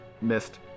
missed